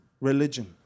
religion